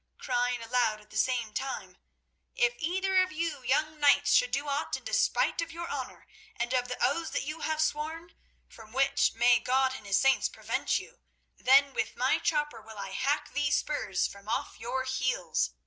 crying aloud at the same time if either of you young knights should do aught in despite of your honour and of the oaths that you have sworn from which may god and his saints prevent you then with my chopper will i hack these spurs from off your heels.